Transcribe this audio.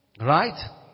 Right